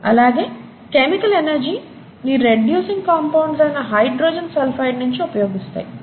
అలాగే chemical energy ని reducing compounds అయిన హైడ్రోజన్ సల్ఫైడ్ నించి ఉపయోగిస్తాయి